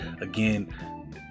Again